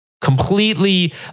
completely